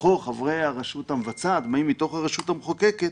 שבתוכו חברי הרשות המבצעת באים מתוך הרשות המחוקקת,